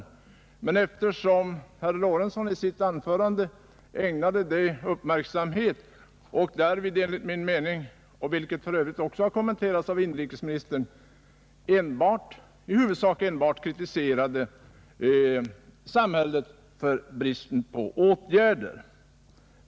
Emellertid ägnade herr Lorentzon uppmärksamhet åt den frågan och var därvid i huvudsak enbart kritisk — det har också kommenterats av inrikesministern — mot samhället för bristen på åtgärder.